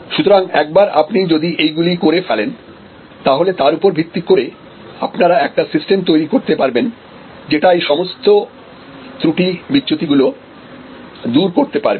সুতরাং একবার আপনি যদি এইগুলি করে ফেলেন তাহলে তার ওপর ভিত্তি করে আপনারা একটা সিস্টেম তৈরি করতে পারে যেটা এই সমস্ত ত্রূটি বিচ্যুতি গুলো দূর করতে পারবে